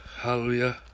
hallelujah